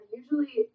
usually